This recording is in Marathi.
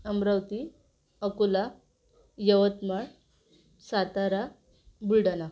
अमरावती अकोला यवतमाळ सातारा बुलढाणा